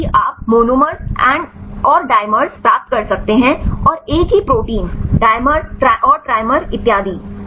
कभी कभी आप मोनोमर्स और डिमर्स प्राप्त कर सकते हैं और एक ही प्रोटीन डिमर और ट्रिमर इतियादी